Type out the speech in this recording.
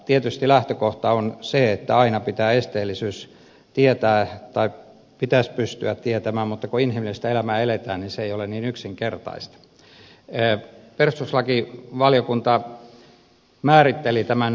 tietysti lähtökohta on se että aina pitää esteellisyys tietää tai pitäisi pystyä tietämään mutta kun inhimillistä elämää eletään niin se ei ole niin yksinkertaista